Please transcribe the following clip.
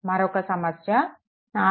మరొక సమస్య 4